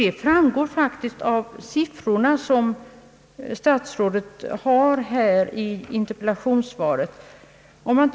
Det framgår faktiskt av statsrådets siffror i interpellationssvaret.